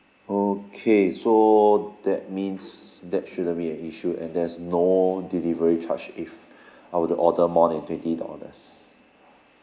okay so that means that shouldn't be an issue and there's no delivery charge if I were to order more than twenty dollars